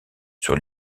sur